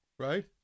Right